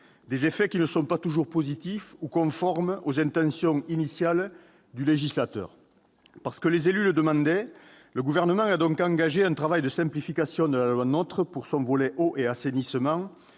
Des effets qui ne sont pas toujours positifs ou conformes aux intentions initiales du législateur. Parce que les élus le demandaient, le Gouvernement a donc engagé un travail de simplification de la loi NOTRe pour son volet « eau et assainissement